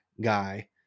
guy